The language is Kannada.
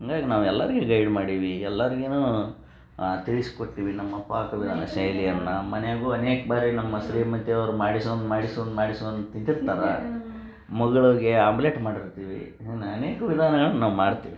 ಹಂಗಾಗಿ ನಾವು ಎಲ್ಲರ್ಗೂ ಗೈಡ್ ಮಾಡೇವಿ ಎಲ್ಲರಿಗು ತಿಳಿಸಿಕೊಡ್ತೀವಿ ನಮ್ಮ ಪಾಕವಿಧಾನ ಶೈಲಿಯನ್ನು ಮನೆಗೂ ಅನೇಕ ಬಾರಿ ನಮ್ಮ ಶ್ರೀಮತಿಯವ್ರು ಮಾಡಿಸ್ಕಂದ್ ಮಾಡಿಸ್ಕೊಂದ್ ಮಾಡಿಸ್ಕೊಂದ್ ತಿಂತಿರ್ತಾರೆ ಮಗಳಿಗೆ ಆಮ್ಲೆಟ್ ಮಾಡಿರ್ತೀವಿ ಇನ್ನೂ ಅನೇಕ ವಿಧಾನಗಳನ್ನು ನಾವು ಮಾಡ್ತೀವಿ